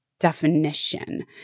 Definition